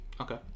Okay